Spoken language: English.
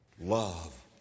Love